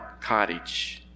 cottage